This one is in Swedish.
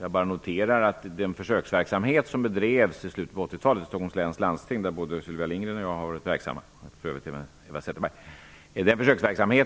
Jag bara noterar att den försöksverksamhet som bedrevs i slutet av 80-talet i Stockholms läns landsting -- Sylvia Lindgren, Eva Zetterberg och jag har ju varit verksamma